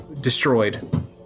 destroyed